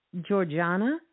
Georgiana